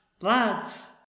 Lads